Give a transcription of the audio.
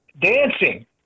dancing